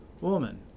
Woman